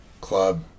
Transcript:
club